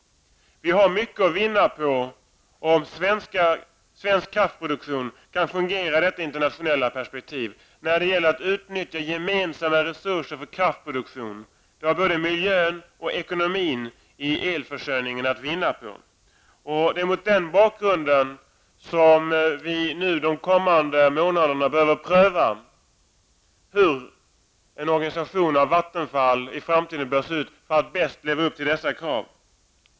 Vi har mycket att vinna på om svensk kraftproduktion kan fungera i detta internationella perspektiv när det gäller att utnyttja gemensamma resurser för kraftproduktion. Det kommer både miljön och ekonomin i elförsörjningen att vinna på. Det är mot den bakgrunden som vi de kommande månaderna behöver pröva hur en organisation av Vattenfall bör se ut i framtiden för att bäst leva upp till dessa krav.